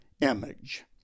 image